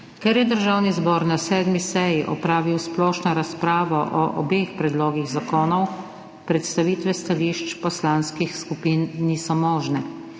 Ker je Državni zbor na 7. seji opravil splošno razpravo o obeh predlogih zakonov, predstavitve stališč poslanskih skupin niso možne.